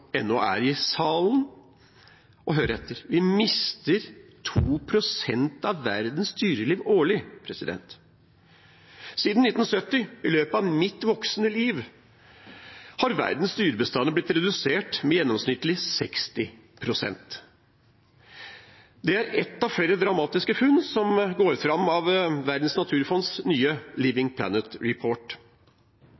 ennå er i salen, om å høre etter. Vi mister 2 pst. av verdens dyreliv årlig. Siden 1970 – i løpet av mitt voksne liv – har verdens dyrebestander blitt redusert med gjennomsnittlig 60 pst. Det er ett av flere dramatiske funn som går fram av Verdens naturfonds nye